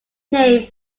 name